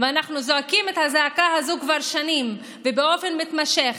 ואנחנו זועקים את הזעקה הזאת כבר שנים ובאופן מתמשך.